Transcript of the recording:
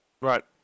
Right